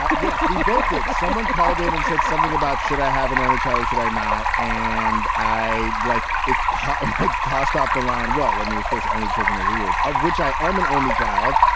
yes, we both did. someone called in and said something about should i have an only child or should i not? and i like it. tom, i like tossed off the line. well, i mean, let's face it, only children are weird. of which i am an only child.